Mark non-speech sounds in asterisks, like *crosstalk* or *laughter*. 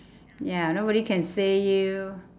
*breath* ya nobody can say you